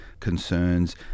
concerns